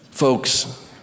Folks